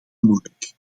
moeilijk